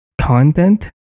content